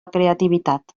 creativitat